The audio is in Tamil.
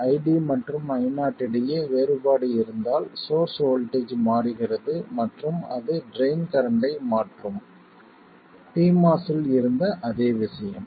ID மற்றும் Io இடையே வேறுபாடு இருந்தால் சோர்ஸ் வோல்ட்டேஜ் மாறுகிறது மற்றும் அது ட்ரைன் கரண்ட்டை மாற்றும் pMOS இல் இருந்த அதே விஷயம்